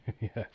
Yes